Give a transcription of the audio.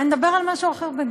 אני אדבר על משהו אחר בינתיים.